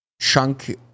chunk